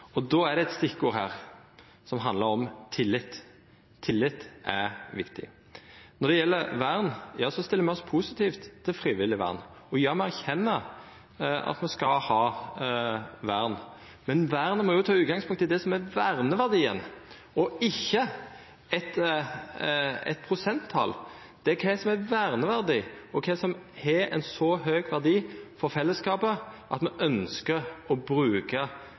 Då er det eit stikkord her – «tillit» – det handlar om tillit. Tillit er viktig. Når det gjeld vern, stiller me oss positive til frivillig vern. Og ja, me erkjenner at me skal ha vern, men vern må ta utgangspunkt i det som er verneverdien, ikkje eit prosenttal. Det er kva som er verneverdien, og kva som har ein så høg verdi for fellesskapet at me ønskjer å